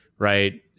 Right